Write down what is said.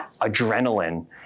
adrenaline